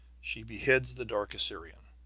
she beheads the dark assyrian.